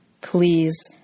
Please